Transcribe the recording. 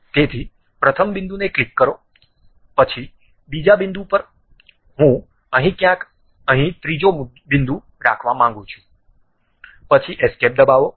તેથી પ્રથમ બિંદુને ક્લિક કરો પછી બીજા બિંદુ પર હું અહીં ક્યાંક અહીં ત્રીજો બિંદુ રાખવા માંગું છું પછી એસ્કેપ દબાવો